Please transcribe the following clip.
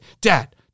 dad